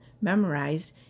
memorized